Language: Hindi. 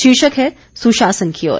शीर्षक है सुशासन की ओर